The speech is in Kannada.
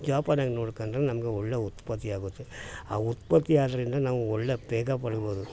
ಜೋಪಾನಾಗ್ ನೋಡ್ಕೊಂಡ್ರೆ ನಮಗೆ ಒಳ್ಳೆಯ ಉತ್ಪತ್ತಿ ಆಗುತ್ತೆ ಆ ಉತ್ಪತ್ತಿ ಆದ್ದರಿಂದ ನಾವು ಒಳ್ಳೆಯ ಪಡಿಬೋದು